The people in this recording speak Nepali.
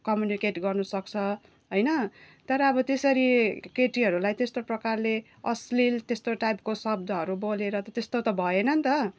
कम्युनिकेट गर्नुसक्छ होइन तर अब त्यसरी केटीहरूलाई त्यस्तो प्रकारले अश्लील त्यस्तो टाइपको शब्दहरू बोलेर त त्यस्तो त भएन नि त